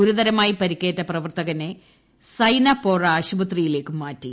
ഗുരുതരമായി പരിക്കേറ്റ പ്രവർത്തകനെ സൈനപോര ആശുപത്രിയിലേക്ക് മാറ്റി